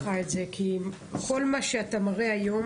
רציתי להגיד לך את זה כי כל מה שאתה מראה היום